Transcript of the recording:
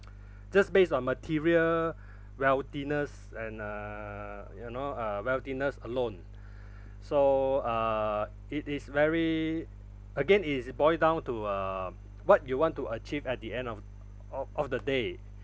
just based on material wealthiness and uh you know uh wealthiness alone so uh it is very again it is boil down to uh what you want to achieve at the end of of of the day